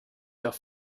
doch